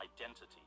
identity